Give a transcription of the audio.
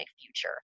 future